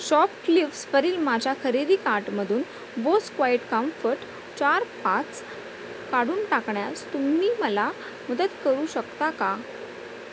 शॉपक्ल्यूसवरील माझ्या खरेदी कार्टमधून बोस क्वाईट कम्फर्ट चार पाच काढून टाकण्यास तुम्ही मला मदत करू शकता का